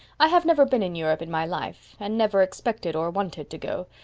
i have never been in europe in my life, and never expected or wanted to go.